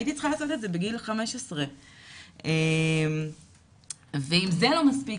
הייתי צריכה לעשות את זה בגיל 15 ואם זה לא מספיק,